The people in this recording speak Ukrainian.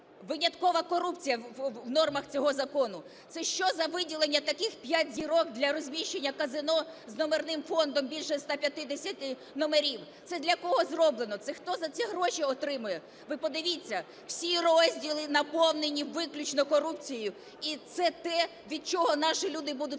Виняткова корупція в нормах цього закону. Це що за виділення таких п'ять зірок для розміщення казино з номерним фондом більше 150 номерів? Це для кого зроблено? Це хто за це гроші отримує? Ви подивіться, всі розділи наповнені виключно корупцією, і це те, від чого наші люди будуть страждати.